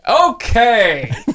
Okay